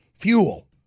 fuel